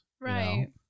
right